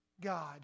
God